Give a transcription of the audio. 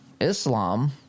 Islam